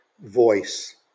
voice